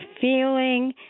feeling